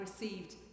received